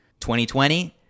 2020